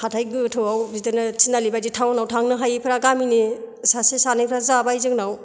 हाथाइ गोथौआव बिदिनो थिनालि बायदि थाउनाव थांनो हायैफ्रा गामिनि सासे सानैफ्रा जाबाय जोंनाव